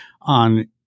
on